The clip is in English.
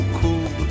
cool